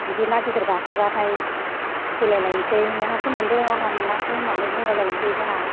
बिदि ना गिदिर गाखोबाथाय खेलाय लायनोसै नोंहासो मोन्दों आंहा मोनाखै होननानै बुंलाय लायसै जोंहा